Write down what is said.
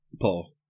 Paul